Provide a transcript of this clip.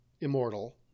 immortal